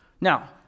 Now